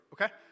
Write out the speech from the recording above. okay